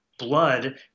blood